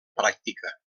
pràctica